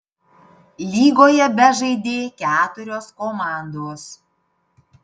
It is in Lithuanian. lygoje bežaidė keturios komandos